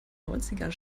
neunzigern